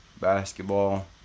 basketball